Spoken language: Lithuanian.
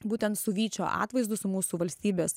būtent su vyčio atvaizdu su mūsų valstybės